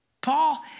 Paul